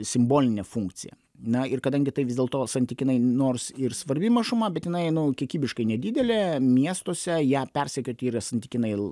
simbolinę funkciją na ir kadangi tai vis dėlto santykinai nors ir svarbi mažuma bet jinai nu kiekybiškai nedidelė miestuose ją persekiot yra santykinai